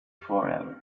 forever